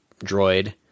droid